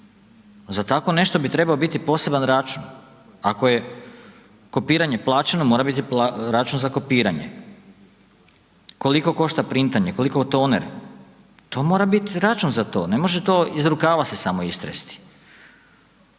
Za tako nešto bi trebao biti poseban račun, ako je kopiranje plaćeno mora biti račun za kopiranje. Koliko košta printanje, koliko toner? To mora bit račun za to, ne može to iz rukava se samo istresti.